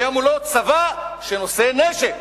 היה מולו צבא שנושא נשק.